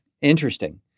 interesting